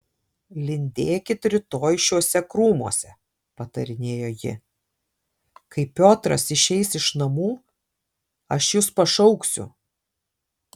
lindėkit rytoj šiuose krūmuose patarinėjo ji kai piotras išeis iš namų aš jus pašauksiu